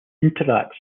interacts